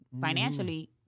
financially